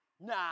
nah